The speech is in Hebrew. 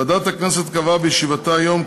ועדת הכנסת קבעה בישיבתה היום,